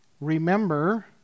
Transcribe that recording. Remember